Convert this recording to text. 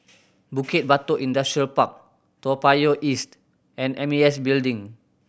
Bukit Batok Industrial Park Toa Payoh East and M A S Building